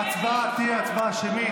ההצבעה תהיה הצבעה שמית.